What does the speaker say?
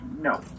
no